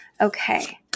Okay